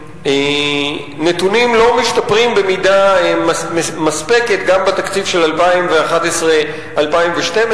והנתונים לא משתפרים במידה מספקת גם בתקציב של 2011 2012,